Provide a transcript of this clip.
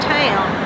town